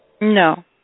No